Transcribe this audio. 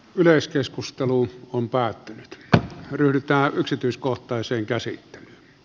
yleiskeskustelu on päättynyt rylta yksityiskohtaisen käsiin